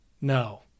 No